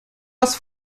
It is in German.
das